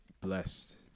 blessed